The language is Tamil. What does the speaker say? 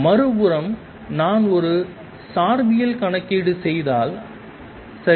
மறுபுறம் நான் ஒரு சார்பியல் கணக்கீடு செய்தால் சரி